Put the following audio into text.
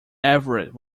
everett